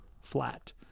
flat